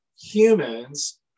humans